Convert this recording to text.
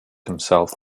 himself